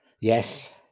Yes